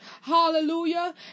Hallelujah